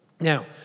now